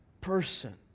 person